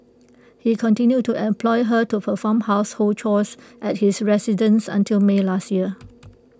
he continued to employ her to perform household chores at his residence until may last year